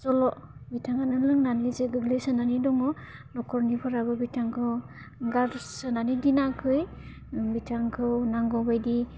बिथाङानो लोंनानै जे गोग्लैसोनानै दङ नख'रनिफोराबो बिथांखौ गारसोनानै दोनाखै बिथांखौ नांगौ बायदि